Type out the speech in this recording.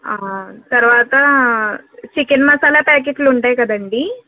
తర్వాతా చికెన్ మసాలా ప్యాకెట్లుంటాయి కదండీ